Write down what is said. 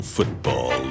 Football